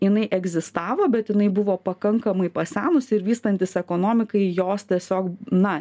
jinai egzistavo bet jinai buvo pakankamai pasenusi ir vystantis ekonomikai jos tiesiog na